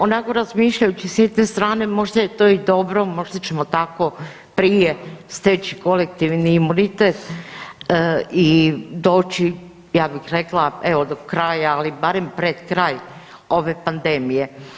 Onako razmišljajući s jedne strane možda je to i dobro, možda ćemo tako prije steći kolektivni imunitet i doći ja bih rekla do kraja, ali barem pred kraj ove pandemije.